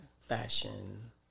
fashion